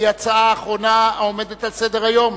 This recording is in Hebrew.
והיא ההצעה האחרונה העומדת על סדר-היום.